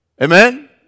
Amen